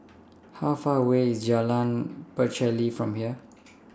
How Far away IS Jalan Pacheli from here